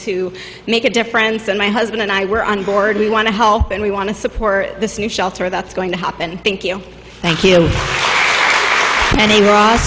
to make a difference and my husband and i were on board we want to help and we want to support this new shelter that's going to happen thank you thank you and ira